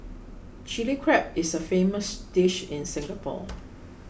Chilli Crab is a famous dish in Singapore